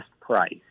price